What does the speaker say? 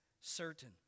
certain